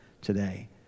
today